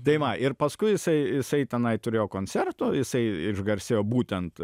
tai va ir paskui jisai jisai tenai turėjo koncertų jisai išgarsėjo būtent